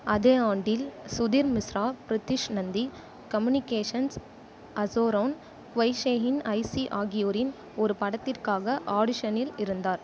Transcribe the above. அதே ஆண்டில் சுதிர் மிஸ்ரா பிரிதிஷ் நந்தி கம்யூனிகேஷன்ஸ் ஹஸோரோன் க்வைஷேயின் ஐசி ஆகியோரின் ஒரு படத்திற்காக ஆடிஷனில் இருந்தார்